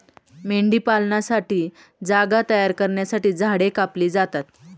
मेंढीपालनासाठी जागा तयार करण्यासाठी झाडे कापली जातात